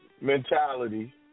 mentality